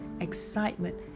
excitement